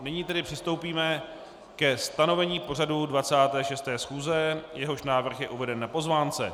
Nyní tedy přistoupíme ke stanovení pořadu 26. schůze, jehož návrh je uveden na pozvánce.